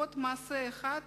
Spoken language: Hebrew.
לפחות מעשה אחד